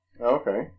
Okay